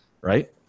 right